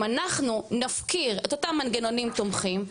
אם אנחנו נפקיר את אותם מנגנונים תומכים,